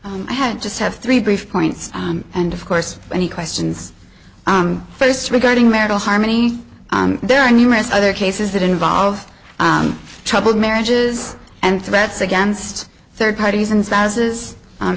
i had just have three brief points and of course any questions first regarding marital harmony there are numerous other cases that involve troubled marriages and threats against third parties and sizes